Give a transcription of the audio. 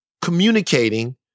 communicating